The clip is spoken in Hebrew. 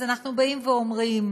אז אנחנו באים ואומרים: